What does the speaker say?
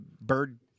bird